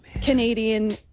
Canadian